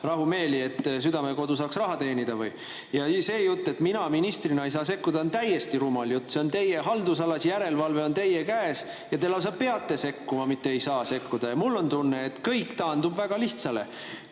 piinata, et Südamekodu saaks raha teenida või? See jutt, et mina ministrina ei saa sekkuda, on täiesti rumal jutt. See on teie haldusalas, järelevalve on teie käes ja te lausa peate sekkuma, mitte ei saa sekkuda. Mul on tunne, et kõik taandub väga lihtsale: